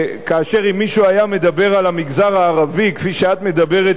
וכאשר אם מישהו היה מדבר על המגזר הערבי כפי שאת מדברת